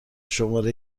شماره